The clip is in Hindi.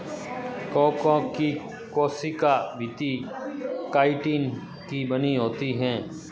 कवकों की कोशिका भित्ति काइटिन की बनी होती है